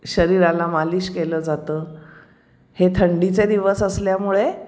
शरीराला मालिश केलं जातं हे थंडीचे दिवस असल्यामुळे